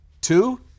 Two